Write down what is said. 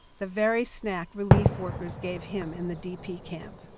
the very snack relief workers gave him in the dp camp.